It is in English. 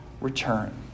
return